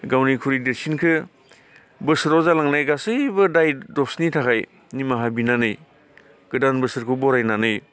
गावनिख्रुइ देरसिनखो बोसोराव जालांनाय गासैबो दाय दसनि थाखाय निमाहा बिनानै गोदान बोसोरखौ बरायनानै